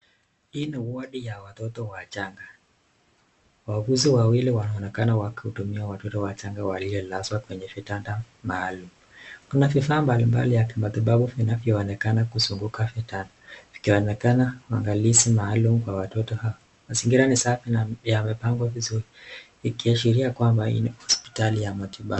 Hii ni wadi ya watoto wachanga, wauguzi wawili wanaonekana wakihudumia watoto wachanga waliolazwa kwenye vitanda maalum. Kuna vifaa mbalimbali vya matibabu vinavyoonekana kuzunguka vitanda ikionekana maandalizi maalum kwa watoto hawa. Mazingira ni safi na yamepangwa vizuri ikiashiria kwamba ii ni hospitali ya matibabu.